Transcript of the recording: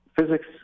physics